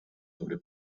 sobre